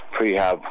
prehab